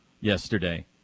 yesterday